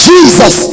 Jesus